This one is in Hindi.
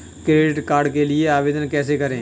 क्रेडिट कार्ड के लिए आवेदन कैसे करें?